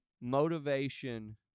motivation